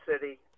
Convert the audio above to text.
City